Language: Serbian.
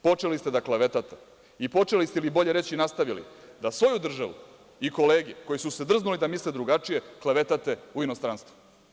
Počeli ste da klevetate i počeli ste ili bolje reći nastavili da svoju državu i kolege koji su se drznuli da misle drugačije klevetate u inostranstvu.